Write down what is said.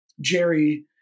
Jerry